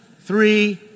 three